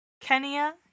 kenya